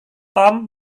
tom